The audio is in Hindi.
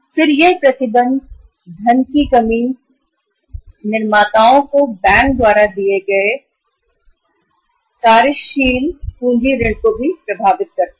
फिर उन प्रतिबंध धन की कमी कार्यशील पूंजी निधि को भी प्रदान करने के लिए प्रभावित करती है